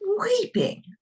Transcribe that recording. weeping